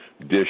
dish